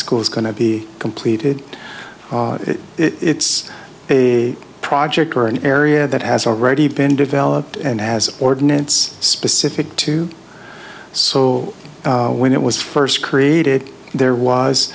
school is going to be completed it's a project or an area that has already been developed and has ordinance specific to so when it was first created there was